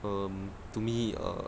um to me uh